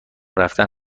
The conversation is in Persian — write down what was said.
رفتن